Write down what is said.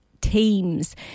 teams